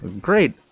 great